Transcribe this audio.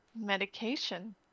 Medication